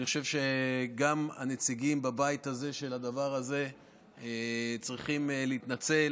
אני חושב שגם הנציגים בבית הזה של הדבר הזה צריכים להתנצל